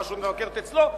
הרשות מבקרת אצלו,